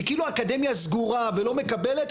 שכאילו האקדמיה סגורה ולא מקבלת,